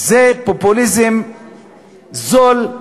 זה פופוליזם זול,